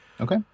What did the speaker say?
Okay